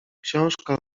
książka